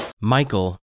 Michael